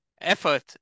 effort